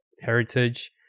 heritage